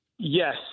Yes